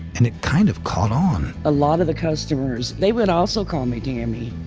and it kind of caught on. a lot of the customers, they would also call me tammy,